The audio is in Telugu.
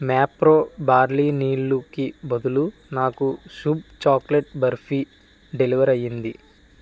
మ్యాప్రో బార్లీ నీళ్ళకి బదులు నాకు శుభ్ చాక్లెట్ బర్ఫీ డెలివరి అయింది